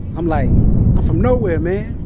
i'm like i'm from nowhere, man.